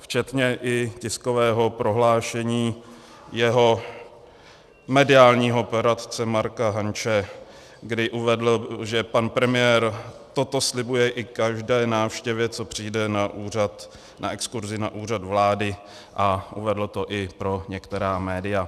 Včetně i tiskového prohlášení jeho mediálního poradce Marka Hanče, kdy uvedl, že pan premiér toto slibuje i každé návštěvě, co přijde na exkurzi na Úřad vlády, a uvedl to i pro některá média.